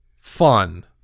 fun